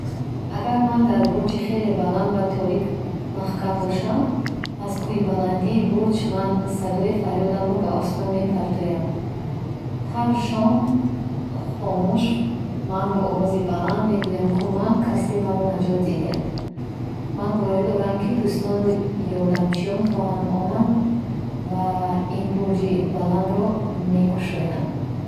Агар ман дар бурҷи хеле баланд ва торик маҳкам бошам. Аз куҳи баландии бурҷ ман садои фаредамро ба осмон мепартоям. Ҳар шоми хомӯш, ман бо овози баланд мегӯям: "Кумак! Касе маро наҷот диҳед!" Ман боварӣ дорам, ки дӯстону ёрдамчиён хоҳанд омад ваа ин бурҷи баландро мекушоянд.